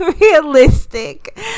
realistic